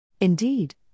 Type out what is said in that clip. Indeed